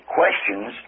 questions